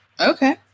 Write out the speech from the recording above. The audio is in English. Okay